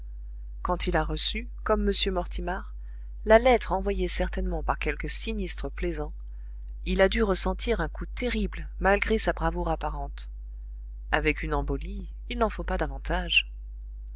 quand il a reçu comme m mortimar la lettre envoyée certainement par quelque sinistre plaisant il a dû ressentir un coup terrible malgré sa bravoure apparente avec une embolie il n'en faut pas davantage